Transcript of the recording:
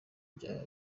byaba